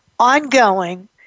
ongoing